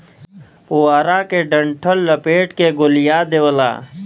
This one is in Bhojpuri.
पुआरा के डंठल लपेट के गोलिया देवला